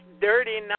Dirty